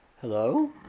Hello